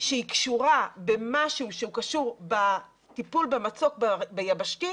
שהיא קשורה במשהו שהוא קשור בטיפול במצוק ביבשתי,